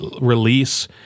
release